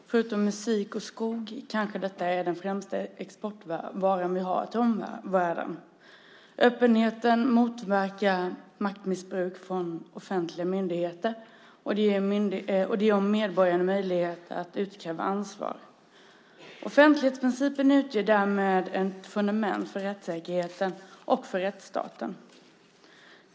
Förutom musik och skog är den kanske den främsta exportvaran till omvärlden som vi har. Öppenheten motverkar maktmissbruk från offentliga myndigheter, och den ger medborgarna möjlighet att utkräva ansvar. Offentlighetsprincipen utgör därmed ett fundament för rättssäkerheten och för rättsstaten.